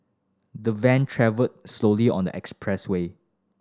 the van travelled slowly on the expressway